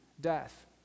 death